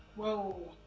whoa.